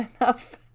enough